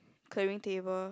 clearing table